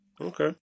Okay